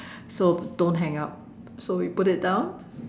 so don't hang up so we put it down